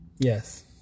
Yes